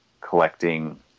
collecting